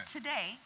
Today